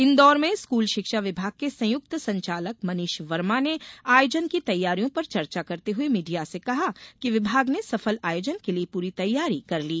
इंदौर में स्कूल शिक्षा विभाग के संयुक्त संचालक मनीष वर्मा ने आयोजन की तैयारियों पर चर्चा करते हुए मीडिया से कहा कि विभाग ने सफल आयोजन के लिए पूरी तैयारी कर ली